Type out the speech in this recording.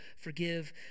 forgive